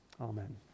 Amen